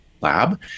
Lab